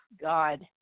God